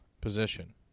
position